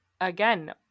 again